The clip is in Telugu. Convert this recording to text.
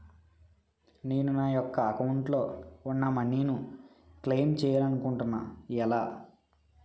నేను నా యెక్క అకౌంట్ లో ఉన్న మనీ ను క్లైమ్ చేయాలనుకుంటున్నా ఎలా?